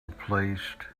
replaced